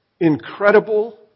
incredible